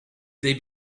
they